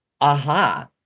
aha